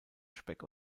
speck